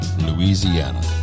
Louisiana